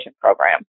program